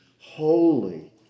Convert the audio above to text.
holy